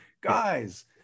guys